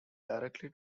directly